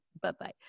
bye-bye